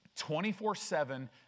24-7